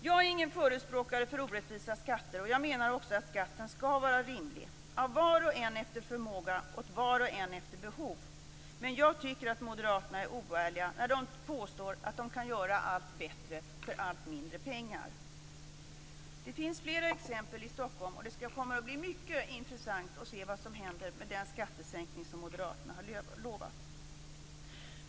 Jag är ingen förespråkare för orättvisa skatter, och jag menar också att skatten skall vara rimlig: av var och en efter förmåga åt var och en efter behov. Men jag tycker att moderaterna är oärliga när de påstår att de kan göra allt bättre för allt mindre pengar. Det finns flera exempel i Stockholm, och det kommer att bli mycket intressant att se vad som händer med den skattesänkning som moderaterna har lovat.